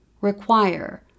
require